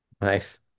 Nice